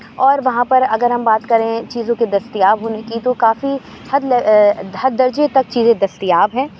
اور وہاں پر اگر ہم بات کریں چیزوں کے دستیاب ہونے کی تو کافی حد درجے تک چیزیں دستیاب ہیں